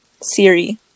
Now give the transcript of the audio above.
siri